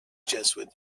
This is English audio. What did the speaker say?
jesuit